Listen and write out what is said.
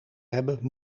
hebben